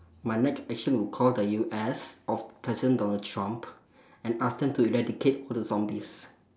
my next action will call the U_S of president donald-trump and ask them to eradicate all the zombies